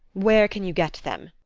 where can you get them?